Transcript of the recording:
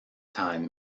time